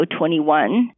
21